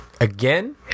Again